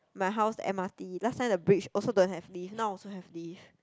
my house m_r_t last time the bridge also don't have lift now also have lift